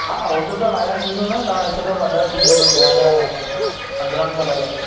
हा उहो सभु त ॻाल्हाइण थींदो न त हिकु ॿ कलर ॾिसी वठो कहिड़ा कहिड़ा खपेनि पंद्रहां कलर आहिनि